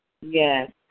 Yes